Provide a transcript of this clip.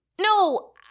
No